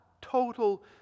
total